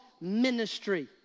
ministry